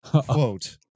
quote